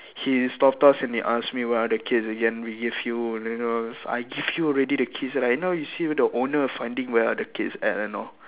he stopped us and he asked me where are the keys again we gave you you know I give you already the keys right now you see the owner finding where are the keys at you know